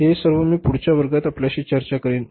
हे सर्व मी पुढच्या वर्गात आपल्याशी चर्चा करीन